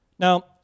Now